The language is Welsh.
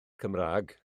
cymraeg